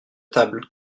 tables